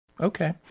Okay